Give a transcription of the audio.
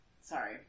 sorry